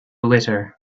letter